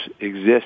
exist